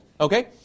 Okay